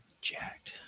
Jacked